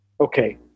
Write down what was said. okay